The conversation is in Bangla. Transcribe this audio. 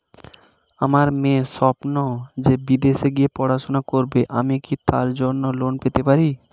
আমার মেয়ের স্বপ্ন সে বিদেশে গিয়ে পড়াশোনা করবে আমি কি তার জন্য লোন পেতে পারি?